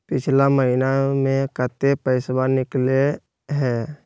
पिछला महिना मे कते पैसबा निकले हैं?